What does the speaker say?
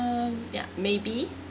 um ya maybe